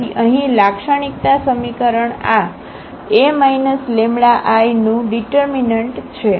તેથી અહીં લાક્ષણિકતા સમીકરણ આ A λI આઇનું ઙીટરમીનન્ટ છે